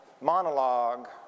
monologue